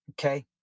okay